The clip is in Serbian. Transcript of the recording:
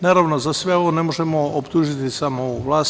Naravno, za sve ovo ne možemo optužiti samo ovu vlast.